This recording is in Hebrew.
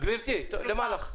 למה לך?